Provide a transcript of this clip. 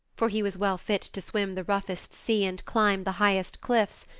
for he was well fit to swim the roughest sea and climb the highest cliffs,